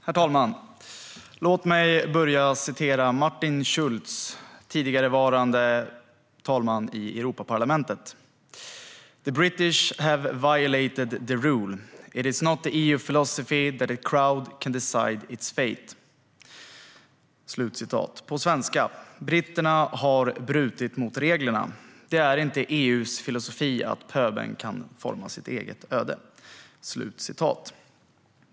Herr talman! Låt mig börja med några ord från Martin Schulz, tidigare talman i Europaparlamentet: The British have violated the rules. It is not the EU philosophy that the crowd can decide its fate. På svenska: Britterna har brutit mot reglerna. Det är inte EU:s filosofi att pöbeln kan forma sitt eget öde.